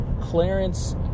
Clarence